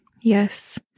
Yes